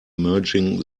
merging